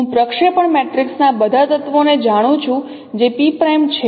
હું પ્રક્ષેપણ મેટ્રિક્સના બધા તત્વોને જાણું છું જે P' છે